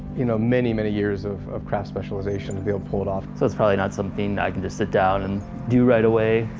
you know, many many years of of craft specialization to be able to pull it off. so it's probably not something i can just sit down and do right away,